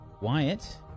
Wyatt